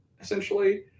essentially